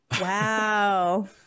Wow